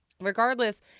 regardless